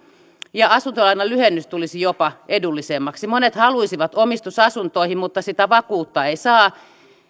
ja asuntolainan lyhennys tulisi jopa edullisemmaksi monet haluaisivat omistusasuntoihin mutta sitä vakuutta ei saa